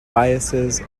biases